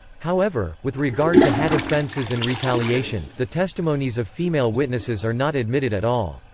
however, with regard to hadd offences and retaliation, the testimonies of female witnesses are not admitted at all.